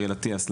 אריאל אטיאס,